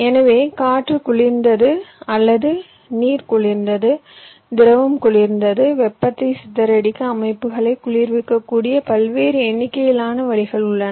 எனவே காற்று குளிர்ந்தது அல்லது நீர் குளிர்ந்தது திரவம் குளிர்ந்தது வெப்பத்தை சிதறடிக்க அமைப்புகளை குளிர்விக்கக்கூடிய பல்வேறு எண்ணிக்கையிலான வழிகள் உள்ளன